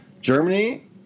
Germany